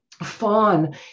Fawn